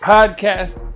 Podcast